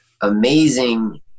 amazing